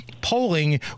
polling